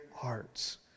hearts